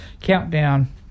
Countdown